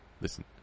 Listen